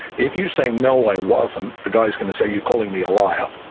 if you say, no, i wasn't, the guy is going to say, you calling me a liar?